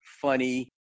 funny